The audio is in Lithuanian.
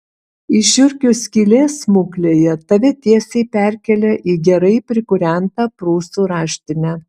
iš žiurkių skylės smuklėje tave tiesiai perkelia į gerai prikūrentą prūsų raštinę